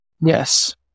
yes